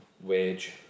wage